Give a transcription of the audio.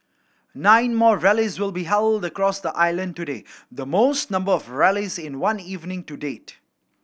nine more rallies will be held across the island today the most number of rallies in one evening to date